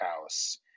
House